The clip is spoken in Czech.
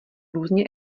různě